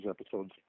episodes